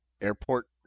airport